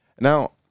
Now